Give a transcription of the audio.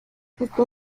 está